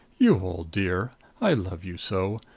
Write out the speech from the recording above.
you old dear i love you so!